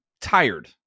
tired